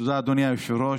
תודה, אדוני היושב-ראש.